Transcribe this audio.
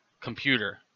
computer